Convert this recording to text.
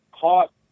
caught